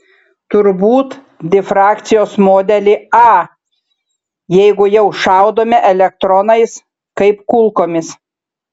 turbūt difrakcijos modelį a jeigu jau šaudome elektronais kaip kulkomis